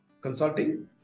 consulting